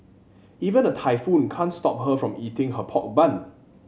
even a typhoon can't stop her from eating her pork bun